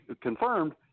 confirmed